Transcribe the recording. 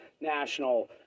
national